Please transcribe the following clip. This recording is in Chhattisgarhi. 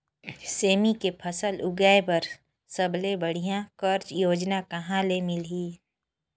सेमी के फसल उगाई बार सबले बढ़िया कर्जा योजना कहा ले मिलही?